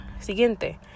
Siguiente